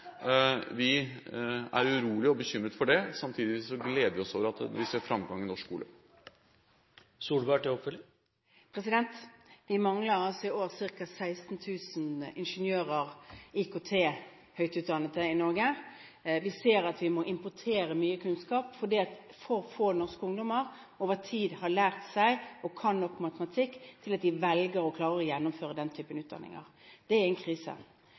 Vi er urolige og bekymret for det, samtidig gleder vi oss over at vi ser framgang i norsk skole. Vi mangler i år ca. 16 000 høyt utdannede IKT-ingeniører i Norge. Vi ser at vi må importere mye kunnskap fordi for få norske ungdommer over tid har lært seg og kan nok matematikk til at de velger, og klarer å gjennomføre, den typen utdanning. Det er en krise.